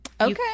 Okay